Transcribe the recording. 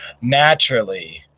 naturally